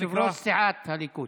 יושב-ראש סיעת הליכוד.